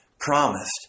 promised